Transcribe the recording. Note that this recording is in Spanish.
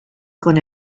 con